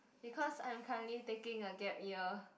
because I'm currently taking a gap year